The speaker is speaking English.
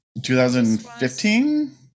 2015